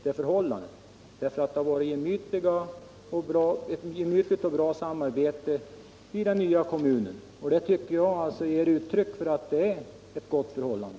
Det har varit ett gemytligt och bra samarbete i den nya kommunen, och det tycker jag ger uttryck för att det är ett gott förhållande.